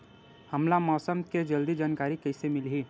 हमला मौसम के जल्दी जानकारी कइसे मिलही?